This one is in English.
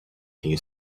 few